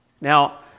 Now